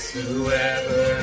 Whoever